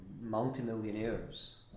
multi-millionaires